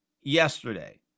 yesterday